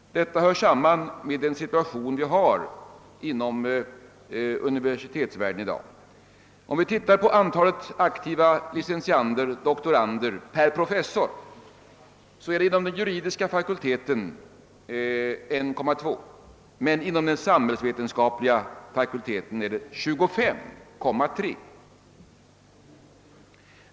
Detta sammanhänger med dagens situation i universitetsvärlden. Ser vi på antalet aktiva licentiander och doktorander per professor finner vi, att det inom den juridiska fakulteten uppgår till 1,2 men inom den samhällsvetenskapliga till 25,3.